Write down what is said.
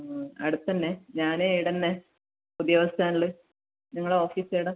ആ അടുത്ത് തന്നെ ഞാൻ ഇവിടെ തന്നെ പുതിയ ബസ് സ്റ്റാൻഡിൽ നിങ്ങളെ ഓഫീസ് എവിടെ